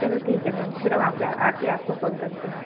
चलो ठीक है मैम फिर हम आके आके आपको कॉल करते हैं